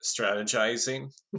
strategizing